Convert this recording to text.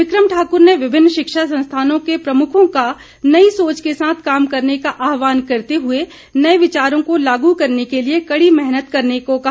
become Thakur ने विभिन्न शिक्षा संस्थानों के प्रमुखों का नई सोच के साथ काम करने का आहवान करते हुए नए विचारों को लागू करने के लिए कड़ी मेहनत करने को कहा